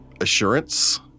assurance